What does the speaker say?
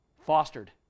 fostered